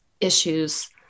issues